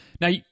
Now